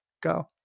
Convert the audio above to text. go